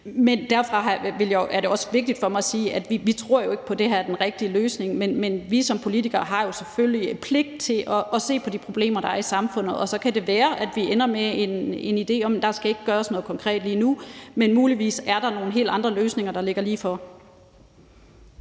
Men derfor er det også vigtigt for mig at sige, at vi jo ikke tror på, det her er den rigtige løsning. Men vi som politikere har selvfølgelig en pligt til at se på de problemer, der er i samfundet, og så kan det være, at vi ender med en idé om, at der ikke skal gøres noget konkret lige nu. Men muligvis er der nogle helt andre løsninger, der ligger lige for.